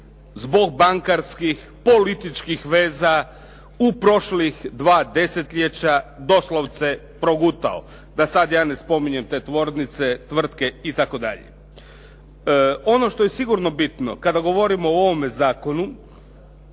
zbog bankarskih političkih veza u prošlih dva desetljeća doslovce progutao, da sad ja ne spominjem te tvornice, tvrtke itd. Ono što je sigurno bitno kada govorimo o ovome zakonu